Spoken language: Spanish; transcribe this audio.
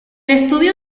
estudio